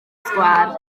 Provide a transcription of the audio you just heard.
sgwâr